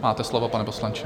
Máte slovo, pane poslanče.